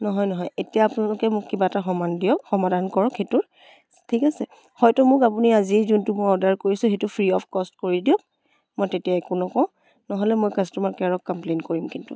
নহয় নহয় এতিয়া আপোনালোকে মোক কিবা এটা সমান দিয়ক সমাধান কৰক সেইটোৰ ঠিক আছে হয়টো মোক আপুনি আজি যোনটো মই অৰ্ডাৰ কৰিছোঁ সেইটো ফ্ৰি অফ কষ্ট কৰি দিয়ক মই তেতিয়া একো নকওঁ নহ'লে মই কাষ্টমাৰ কেয়াৰত কম্প্লেইণ্ট কৰিম কিন্তু